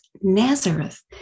Nazareth